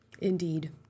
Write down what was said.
Indeed